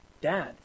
Dad